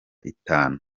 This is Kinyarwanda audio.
itanu